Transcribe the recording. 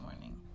morning